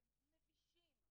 הם מבישים,